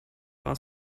are